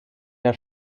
der